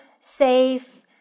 safe